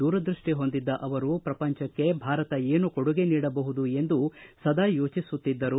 ದೂರದೃಷ್ಷಿ ಹೊಂದಿದ್ದ ಅವರು ಪ್ರಪಂಚಕ್ಕೆ ಭಾರತ ಏನು ಕೊಡುಗೆ ನೀಡಬಹುದು ಎಂದು ಸದಾ ಯೋಚಿಸುತ್ತಿದ್ದರು